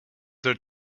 their